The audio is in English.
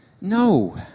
No